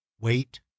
Wait